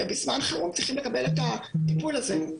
ובזמן חירום צריכים לקבל את הטיפול הזה.